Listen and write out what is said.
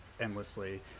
endlessly